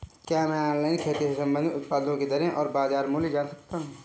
क्या मैं ऑनलाइन खेती से संबंधित उत्पादों की दरें और बाज़ार मूल्य जान सकता हूँ?